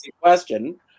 question